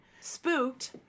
Spooked